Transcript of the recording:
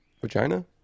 Vagina